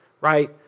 right